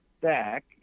back